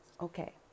Okay